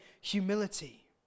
humility